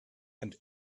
and